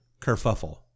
Kerfuffle